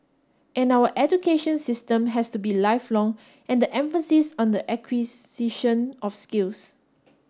and our education system has to be lifelong and the emphasis on the acquisition of skills